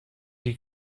die